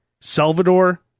Salvador